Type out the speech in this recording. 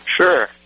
Sure